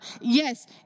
Yes